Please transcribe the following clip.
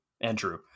andrew